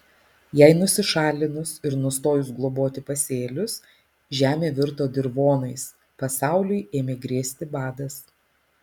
jai nusišalinus ir nustojus globoti pasėlius žemė virto dirvonais pasauliui ėmė grėsti badas